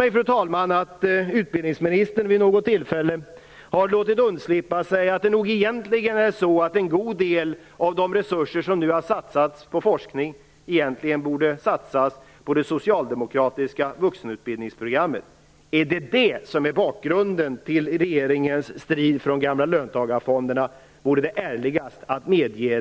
Det har sagts mig att utbildningsministern vid något tillfälle har låtit undslippa sig att det nog är så att en god del av de resurser som nu har satsats på forskning egentligen borde satsas på det socialdemokratiska vuxenutbildningsprogrammet. Är det detta som är bakgrunden till regeringens strid för de gamla löntagarfonderna vore det ärligast att medge